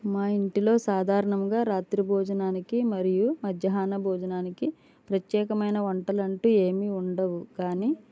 మా ఇంటిలో సాధారణంగా రాత్రి భోజనానికి మరియు మధ్యాహ్న భోజనానికి ప్రత్యేకమైన వంటలంటూ ఏమీ ఉండవు కానీ